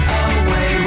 away